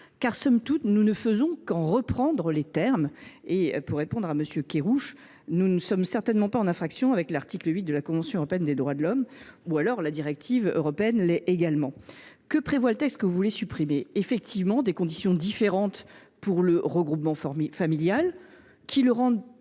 Somme toute, nous ne faisons qu’en reprendre les termes. Pour répondre à M. Kerrouche, nous ne sommes certainement pas en infraction avec l’article 8 de la Convention européenne des droits de l’homme – ou alors, la directive européenne l’est également. Le texte que vous souhaitez supprimer prévoit en effet des conditions différentes pour bénéficier d’un regroupement familial, qu’elles rendent